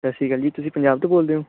ਸਤਿ ਸ਼੍ਰੀ ਅਕਾਲ ਜੀ ਤੁਸੀਂ ਪੰਜਾਬ ਤੋਂ ਬੋਲਦੇ ਹੋ